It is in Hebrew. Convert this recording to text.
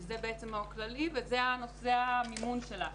זה בעצם מאוד כללי וזה המימון שלה.